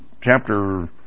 Chapter